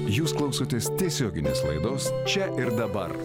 jūs klausotės tiesioginės laidos čia ir dabar